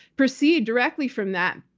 proceed directly from that.